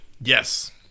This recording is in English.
Yes